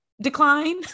decline